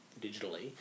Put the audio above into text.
digitally